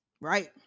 Right